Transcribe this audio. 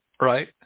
Right